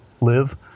live